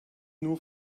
nur